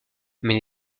mais